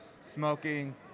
smoking